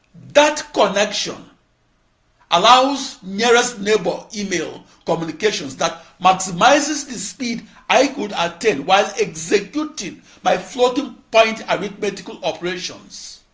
that connection allows nearest-neighbor email communications that maximizes the speed i could attain while executing my floating-point arithmetical operations.